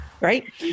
Right